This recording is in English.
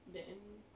then